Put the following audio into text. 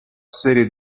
serie